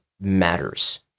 matters